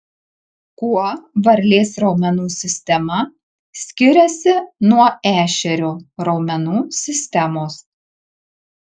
kuo varlės raumenų sistema skiriasi nuo ešerio raumenų sistemos